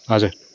हजुर